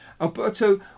Alberto